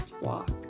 Walk